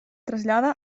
trasllada